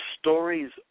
stories